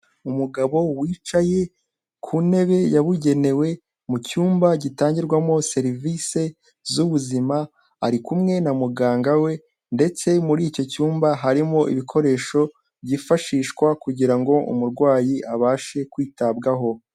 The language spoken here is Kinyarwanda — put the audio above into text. Umugabo wicaye ku ntebe yabugenewe mu cyumba gitangirwamo serivisi z'ubuzima, ari kumwe na muganga we ndetse muri icyo cyumba harimo ibikoresho byifashishwa kugira ngo umurwayi abashe kwitabwaho.